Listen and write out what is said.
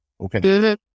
Okay